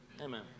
Amen